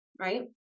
right